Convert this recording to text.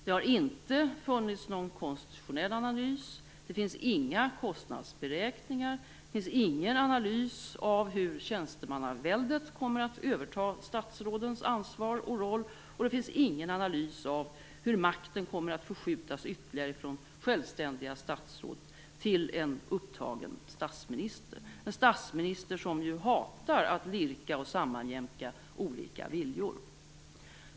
Det har inte funnits någon konstitutionell analys, det finns inga kostnadsberäkningar, det finns ingen analys av hur tjänstemannaväldet kommer att överta statsrådens ansvar och roll och det finns ingen analys av hur makten kommer att förskjutas ytterligare från självständiga statsråd till en upptagen statsminister - en statsminister som ju hatar att lirka och sammanjämka olika viljor.